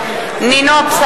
(קוראת בשמות חברי הכנסת) נינו אבסדזה,